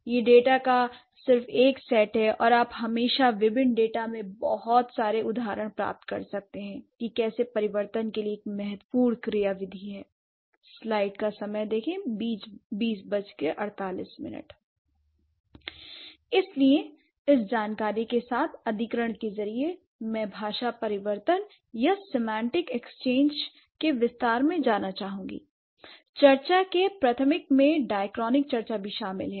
यह डेटा का सिर्फ एक सेट है और आप हमेशा विभिन्न डाटा में बहुत सारे उदाहरण प्राप्त कर सकते हैं की कैसे परिवर्तन के लिए एक महत्वपूर्ण क्रिया विधि है इसलिए इस जानकारी के साथ अधिकरण के जरिए मैं भाषा परिवर्तन या सेमांटिक एक्सचेंज के विस्तार में जाना चाहूंगा l चर्चा के प्राथमिक से डाईक्रॉनिक चर्चा भी शामिल है